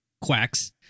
quacks